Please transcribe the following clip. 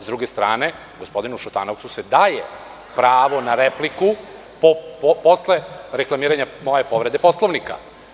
S druge strane, gospodinu Šutanovcu se daje pravo na repliku posle reklamiranja moje povrede Poslovnika.